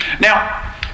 Now